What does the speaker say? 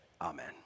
amen